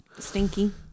stinky